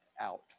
out